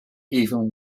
even